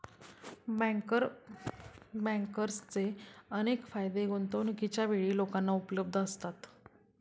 banker बँकर्सचे अनेक फायदे गुंतवणूकीच्या वेळी लोकांना उपलब्ध असतात